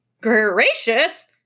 Gracious